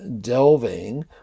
delving